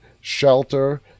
shelter